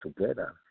together